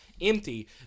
empty